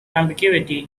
ambiguity